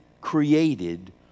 created